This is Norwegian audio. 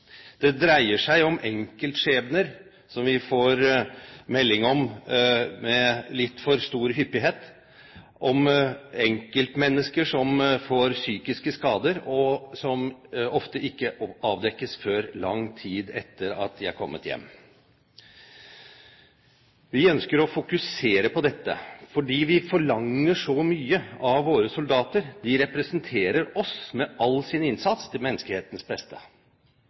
Det dreier seg om enkeltskjebner som vi får melding om med litt for stor hyppighet, om enkeltmennesker som får psykiske skader som ofte ikke avdekkes før lang tid etter at soldatene er kommet hjem. Vi ønsker å fokusere på dette fordi vi forlanger så mye av våre soldater. De representerer oss med all sin innsats til menneskehetens beste.